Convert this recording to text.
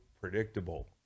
predictable